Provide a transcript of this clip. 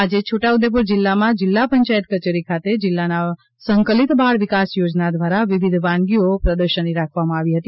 આજે છોટાઉદેપુર જિલ્લામાં જિલ્લા પંચાયત કચેરી ખાતે જિલ્લાના સંકલિત બાળ વિકાસ થોજના દ્વારા વિવિધ વાનગીઓ પ્રદર્શની રાખવામાં આવી હતી